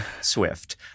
Swift